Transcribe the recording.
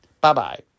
Bye-bye